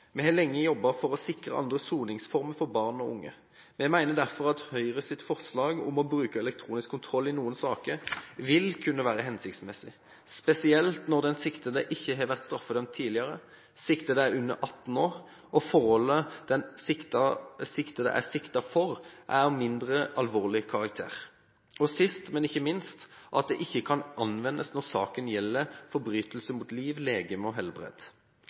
Vi har lenge jobbet for å sikre andre soningsformer for barn og unge. Vi mener derfor at Høyres forslag om å bruke elektronisk kontroll i noen saker vil kunne være hensiktsmessig, spesielt når den siktede ikke har vært straffedømt tidligere, siktede er under 18 år og forholdet den siktede er siktet for, er av mindre alvorlig karakter, og sist, men ikke minst, at det ikke kan anvendes når saken gjelder forbrytelse mot liv, legeme og